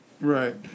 Right